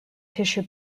tissue